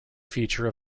feature